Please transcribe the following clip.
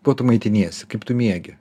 kuo tu maitiniesi kaip tu miegi